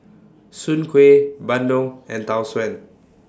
Soon Kuih Bandung and Tau Suan